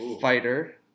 Fighter